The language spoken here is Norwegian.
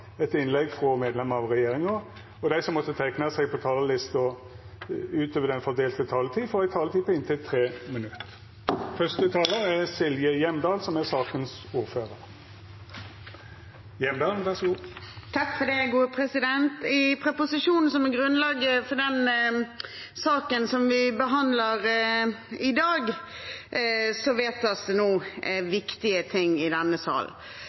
etter innlegg frå medlemer av regjeringa, og dei som måtte teikna seg på talarlista utover den fordelte taletida, får òg ei taletid på inntil 3 minutt. I forbindelse med proposisjonen som er grunnlaget for den saken vi behandler i dag, vedtas det nå viktige ting i denne sal.